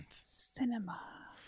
Cinema